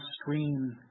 scream